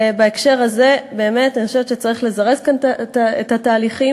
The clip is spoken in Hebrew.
בהקשר הזה אני באמת חושבת שצריך לזרז כאן את התהליכים.